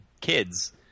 kids